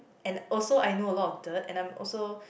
and also I know a lot of dirt and I'm also